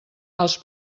els